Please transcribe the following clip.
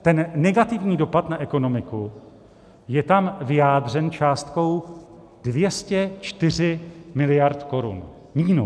Ten negativní dopad na ekonomiku je tam vyjádřen částkou 204 miliard korun minus.